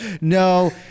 no